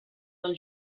del